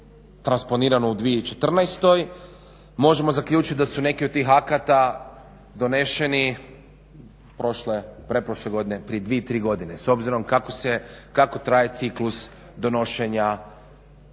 transponirano u 2014., možemo zaključiti da su neki od tih akata doneseni prošle, pretprošle godine, prije dvije, tri godine s obzirom, kako traje ciklus donošenja